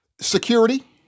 security